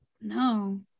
No